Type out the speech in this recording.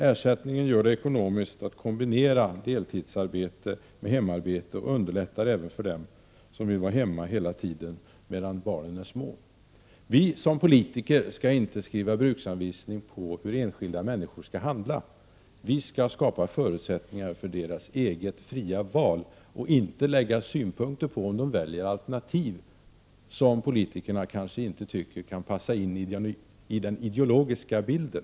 Ersättningen gör det ekonomiskt genomförbart att kombinera deltidsarbete med hemarbete och underlättar även för dem som vill vara hemma hela tiden medan barnen är små. Vi som politiker skall inte skriva bruksanvisningar på hur enskilda människor skall handla. Vi skall skapa förutsättningar för deras eget fria val och inte lägga synpunkter på om de väljer alternativ som politikerna kanske inte tycker kan passa in i den ideologiska bilden.